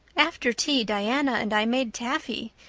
after tea diana and i made taffy.